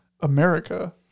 America